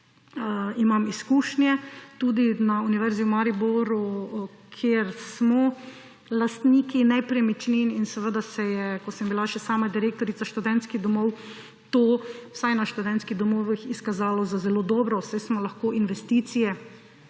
imam izkušnje tudi na Univerzi v Mariboru, kjer smo lastniki nepremičnin. Ko sem bila še sama direktorica študentskih domov, se je to vsaj na študentskih domovih izkazalo za zelo dobro, saj smo lahko investicije